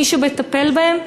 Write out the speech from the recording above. מי שמטפל בהן,